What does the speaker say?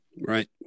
Right